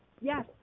Yes